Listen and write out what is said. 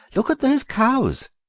look at those cows!